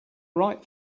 write